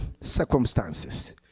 circumstances